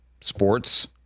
sports